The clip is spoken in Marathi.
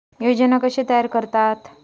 योजना कशे तयार करतात?